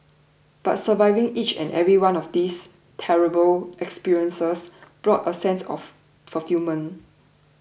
but surviving each and every one of these terrible experiences brought a sense of fulfilment